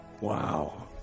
Wow